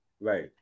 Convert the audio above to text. Right